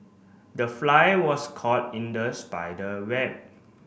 the fly was caught in the spider web